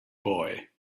boy